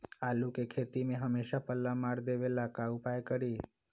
आलू के खेती में हमेसा पल्ला मार देवे ला का उपाय करी?